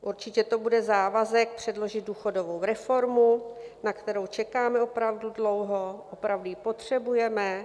Určitě to bude závazek předložit důchodovou reformu, na kterou čekáme opravdu dlouho, opravdu ji potřebujeme.